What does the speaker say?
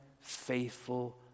faithful